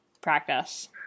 practice